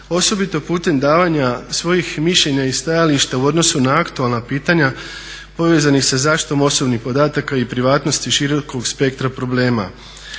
osobito putem davanja svojih mišljenja i stajališta u odnosu na aktualan pitanja povezanih sa zaštitom osobnih podataka i privatnosti širokog spektra problema,